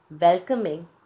welcoming